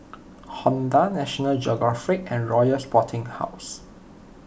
Honda National Geographic and Royal Sporting House